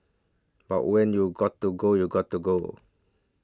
but when you gotta go you gotta go